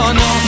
no